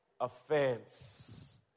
offense